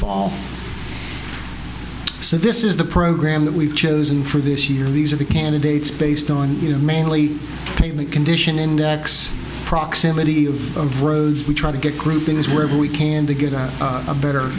paul so this is the program that we've chosen for this year these are the candidates based on you know mainly pavement condition index proximity of roads we try to get groupings where we can to get a better